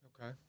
Okay